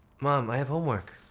mom, i have homework.